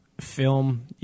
film